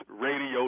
radio